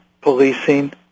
policing